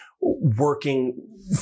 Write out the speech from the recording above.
working